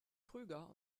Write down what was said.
krüger